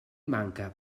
manca